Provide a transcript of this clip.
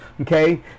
okay